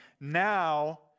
Now